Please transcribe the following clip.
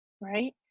right